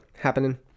happening